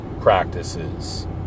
practices